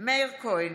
מאיר כהן,